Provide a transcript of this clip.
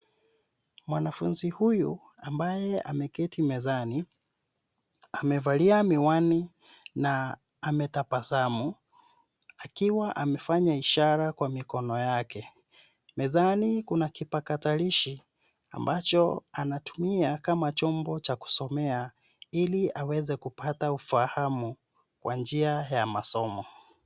Mwanafunzi huyu ambaye ameketi mezani. Amevalia miwani na ametabasamu akiwa amefanya ishara kwa mikono yake. Mezani kuna kipakatalishi ambacho anatumia kama kifaa cha kusomea ili aweze kupata ufahamu wa njia ya masomo.